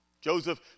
Joseph